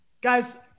Guys